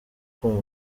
kumva